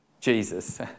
Jesus